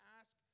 ask